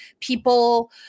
people